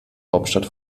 hauptstadt